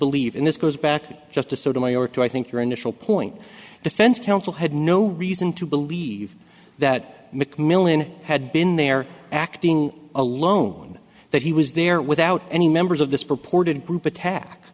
believe in this goes back justice sotomayor to i think your initial point defense counsel had no reason to believe that mcmillan had been there acting alone that he was there without any members of this purported group attack